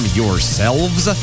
yourselves